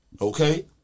Okay